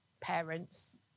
parents